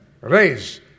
raise